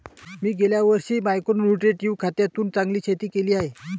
मी गेल्या वर्षी micro nutritive खतातून चांगले शेती केली आहे